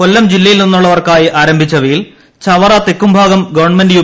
കൊല്ലം ജില്ലയിൽനിന്നുള്ളവർക്കായി ആരംഭിച്ചവയിൽ Chavara Thekkumbhagam government U